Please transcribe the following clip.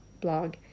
blog